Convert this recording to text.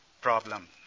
problem